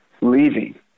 leaving